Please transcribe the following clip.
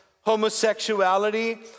homosexuality